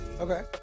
Okay